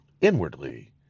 inwardly